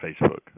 Facebook